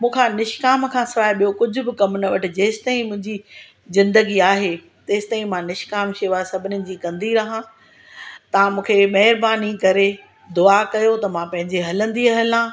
मूंखां निशकाम खां सवाइ ॿियो कुझु बि कम न वटि जेंसि ताईं मुंहिंजी जिंदगी आहे तेंसि ताईं मां निशकाम शेवा सभिनीनि जी कंदी रहां तव्हां मूंखे महिरबानी करे दुआ कयो त मां पंहिंजे हलंदी हलां